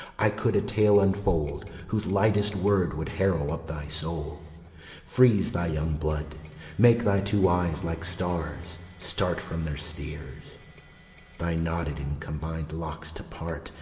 i could a tale unfold whose lightest word would harrow up thy soul freeze thy young blood make thy two eyes, like stars, start from their spheres thy knotted and combined locks to part,